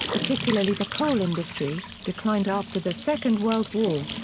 particularly the coal industry, declined after the second world war.